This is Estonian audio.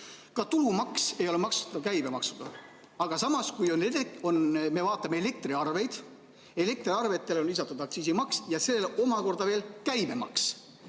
Ka tulumaks ei ole maksustatav käibemaksuga. Aga samas, kui me vaatame elektriarveid, siis elektriarvetele on lisatud aktsiisimaks ja sellele omakorda veel käibemaks.